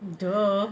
!duh!